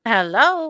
Hello